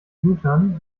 bhutan